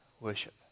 worship